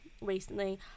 recently